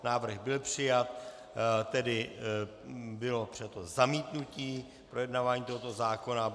Návrh byl přijat, tedy bylo přijato zamítnutí projednávání tohoto zákona.